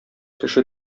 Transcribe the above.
кеше